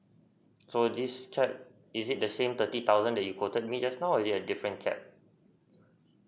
so this cap is it the same thirty thousand that you quoted me just now or is it a different cap